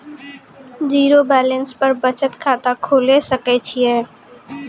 Zero balance पर बचत खाता खोले सकय छियै?